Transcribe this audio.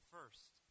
First